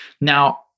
Now